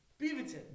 Beaverton